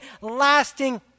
lasting